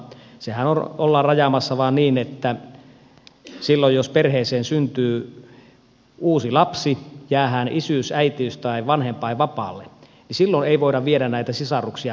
sehän ollaan rajaamassa vaan niin että silloin jos perheeseen syntyy uusi lapsi jäädään isyys äitiys tai vanhempainvapaalle niin silloin ei voida viedä sisaruksia päivähoitoon